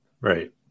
Right